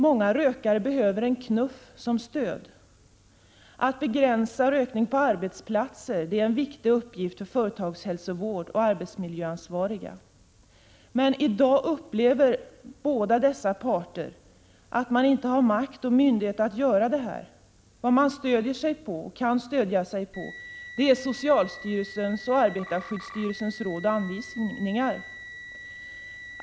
Många rökare behöver en knuff som stöd. Att begränsa rökning på arbetsplatser är en viktig uppgift för företagshälsovård och arbetsmiljöansvariga. Men i dag upplever båda dessa parter att man inte har makt och myndighet att göra detta. Vad man kan stödja sig på är socialstyrelsens och arbetarskyddsstyrelsens råd och anvisningar.